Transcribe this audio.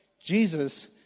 Jesus